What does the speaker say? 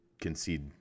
concede